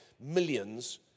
millions